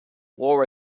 war